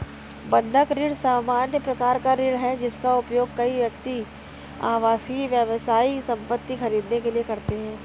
बंधक ऋण सामान्य प्रकार का ऋण है, जिसका उपयोग कई व्यक्ति आवासीय, व्यावसायिक संपत्ति खरीदने के लिए करते हैं